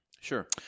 Sure